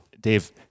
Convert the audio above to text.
dave